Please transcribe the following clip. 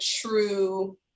true